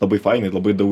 labai fainiai labai dau